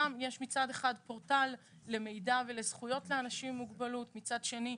שם יש פורטל למידע ולזכויות לאנשים עם מוגבלות ומצד שני,